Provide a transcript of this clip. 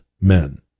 men